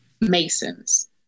Masons